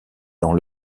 dans